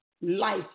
Life